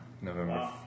November